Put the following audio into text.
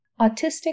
Autistic